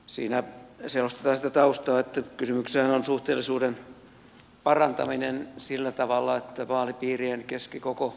siinä selostetaan sitä taustaa että kysymyksessähän on suhteellisuuden parantaminen sillä tavalla että vaalipiirien keskikoko kasvaisi